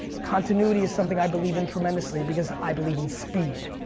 continuity is something i believe in tremendously because i believe in speed.